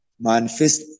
manifest